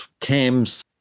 Cam's